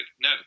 no